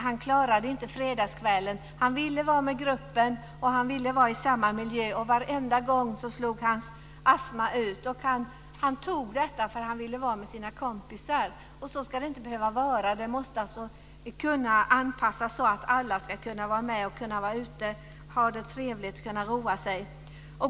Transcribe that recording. Han klarade inte fredagskvällen. Han ville vara med gruppen. Han ville vara i samma miljö som de. Varenda gång slog hans astma ut. Han tog detta, för han ville vara med sina kompisar. Så ska det inte behöva vara. Det måste gå att anpassa detta så att alla kan vara med, så att alla kan vara ute, ha det trevligt och roa sig.